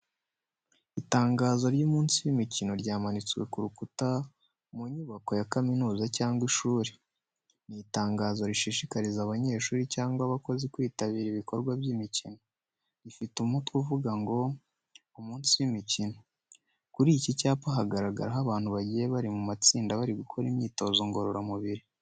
Itangazo ry’umunsi w’imikino ryamanitswe ku rukuta mu nyubako ya kaminuza cyangwa ishuri. Ni itangazo rishishikariza abanyeshuri cyangwa abakozi kwitabira ibikorwa by'imikino. Rifite umutwe uvuga ngo umunsi w’imikino. Kuri iki cyapa hagaragaraho abantu bagiye bari mu matsinda bari gukora imyitozo ngororamubiri.